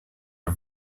are